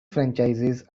franchises